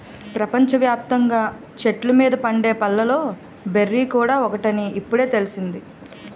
ప్రపంచ వ్యాప్తంగా చెట్ల మీద పండే పళ్ళలో బెర్రీ కూడా ఒకటని ఇప్పుడే తెలిసింది